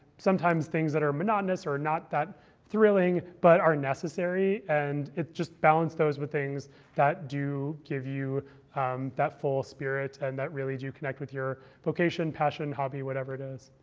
sometimes, things that are monotonous, or not that thrilling, but are necessary. and just balance those with things that do give you that full spirit and that really do connect with your vocation, passion, hobby, whatever it is.